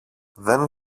δεν